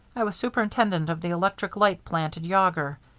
i was superintendent of the electric light plant at yawger.